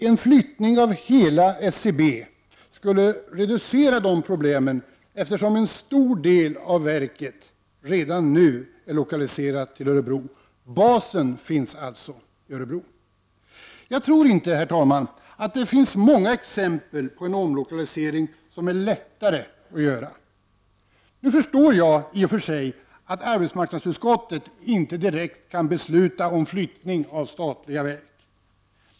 En flyttning av hela SCB skulle reducera dessa problem, eftersom en stor del av verket redan är lokaliserat till Örebro. Basen finns där. Jag tror inte, herr talman, att det finns många exempel på en omlokalisering som är lättare att göra. Jag förstår i och för sig att arbetsmarknadsutskottet inte direkt kan besluta om flyttning av statliga verk.